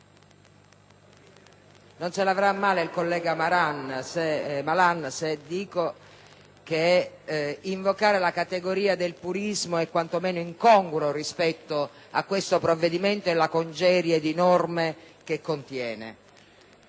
non se ne avrà a male se dico che invocare la categoria del purismo è quanto meno incongruo rispetto a questo provvedimento e alla congerie di norme che contiene.